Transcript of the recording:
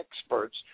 experts